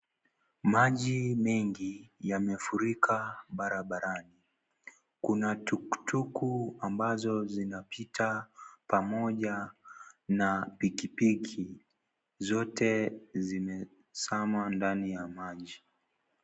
Maji mengi yamefurika barabarani, kuna Tuktuk ambazo zinapita pamoja na pikipiki, zote zimezama ndani ya maji.